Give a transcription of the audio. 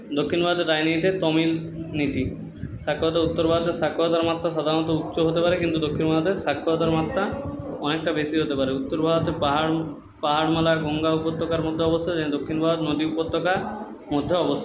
দক্ষিণ ভারতে রাজনীতিতে তামিল নীতি সাক্ষরতা উত্তর ভারতে সাক্ষরতার মাত্রা সাধারণত উচ্চ হতে পারে কিন্তু দক্ষিণ ভারতে সাক্ষরতার মাত্রা অনেকটা বেশি হতে পারে উত্তর ভারতে পাহাড় পাহাড় হিমালয় গঙ্গা উপত্যকার মধ্যে অবস্থিত যেখানে দক্ষিণ ভারত নদী উপত্যকা মধ্যে অবস্থিত